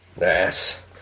yes